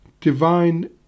Divine